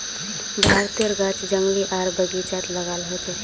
भारतेर गाछ जंगली आर बगिचात लगाल होचे